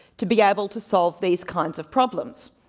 to be able to solve these kinds of problems?